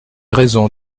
raison